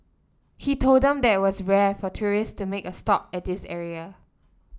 he told them that was rare for tourist to make a stop at this area